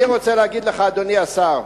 אני רוצה להגיד לך, אדוני השר,